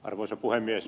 arvoisa puhemies